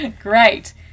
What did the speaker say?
Great